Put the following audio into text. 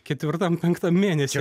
ketvirtam penktam mėnesy